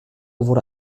wurde